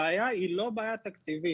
הבעיה היא לא בעיה תקציבית.